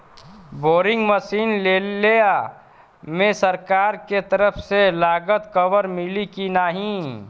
Boring machine लेला मे सरकार के तरफ से लागत कवर मिली की नाही?